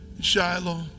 shiloh